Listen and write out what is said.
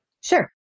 Sure